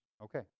Okay